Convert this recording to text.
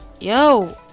Yo